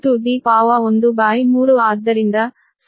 0406 metre